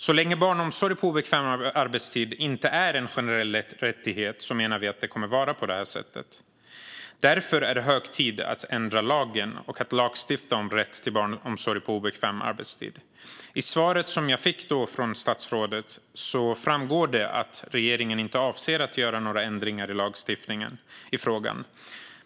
Så länge barnomsorg på obekväm arbetstid inte är en generell rättighet kommer det att vara på det sättet. Därför är det hög tid att ändra lagen och lagstifta om rätt till barnomsorg på obekväm arbetstid. Av svaret från statsrådet framgår att regeringen inte avser att göra några ändringar i lagstiftningen i frågan.